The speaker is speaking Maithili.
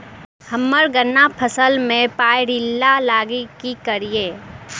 हम्मर गन्ना फसल मे पायरिल्ला लागि की करियै?